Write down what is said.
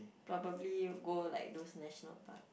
probably go like those National Park